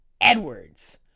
Edwards